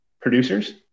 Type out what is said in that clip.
producers